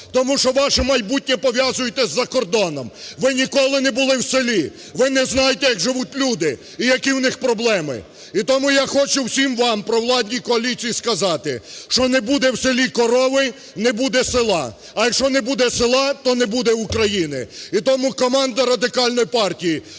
тому що ваше майбутнє пов'язуєте із закордоном. Ви ніколи не були в селі, ви не знаєте, як живуть люди і які у них проблеми. І тому я хочу всім вам, провладній коаліції, сказати, що не буде в селі корови – не буде села. А якщо не буде села, то не буде України. І тому команда Радикальної партії